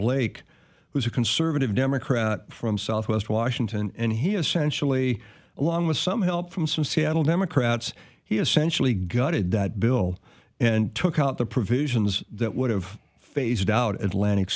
blake who's a conservative democrat from southwest washington and he essentially along with some help from seattle democrats he essentially gutted that bill and took out the provisions that would have phased out at